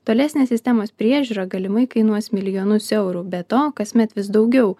tolesnė sistemos priežiūra galimai kainuos milijonus eurų be to kasmet vis daugiau